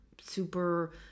super